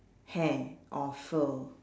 hair or fur